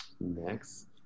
Next